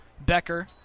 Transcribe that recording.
Becker